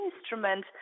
instrument